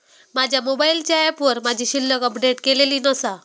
माझ्या मोबाईलच्या ऍपवर माझी शिल्लक अपडेट केलेली नसा